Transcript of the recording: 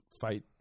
fight